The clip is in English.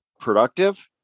productive